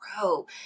grow